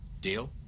Deal